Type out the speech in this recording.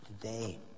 Today